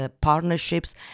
partnerships